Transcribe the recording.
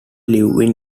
live